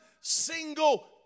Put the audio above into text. single